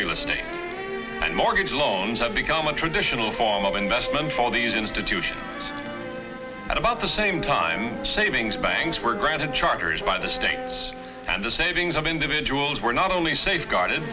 real estate and mortgage loans have become a traditional form of investment all these institute at about the same time savings banks were granted charters by the state and the savings of individuals were not only safeguard